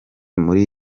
muri